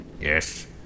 Yes